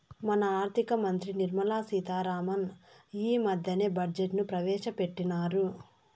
మన ఆర్థిక మంత్రి నిర్మలా సీతా రామన్ ఈ మద్దెనే బడ్జెట్ ను ప్రవేశపెట్టిన్నారు